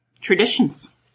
traditions